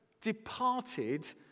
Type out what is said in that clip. departed